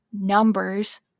numbers